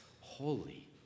holy